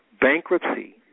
Bankruptcy